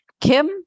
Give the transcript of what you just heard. Kim